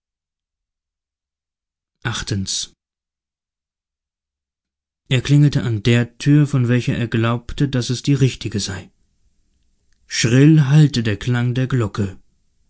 er klingelte an der tür von welcher er glaubte daß es die richtige sei schrill hallte der klang der glocke